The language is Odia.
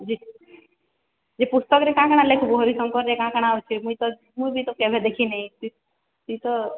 ଯେ ସେ ପୁସ୍ତକରେ କାଣା କାଣା ଲେଖିବୁ କାଣା କାଣା ଅଛି ମୁଇଁ ତ କେବେ ଦେଖିନାହିଁ ସେତ